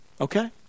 okay